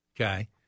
Okay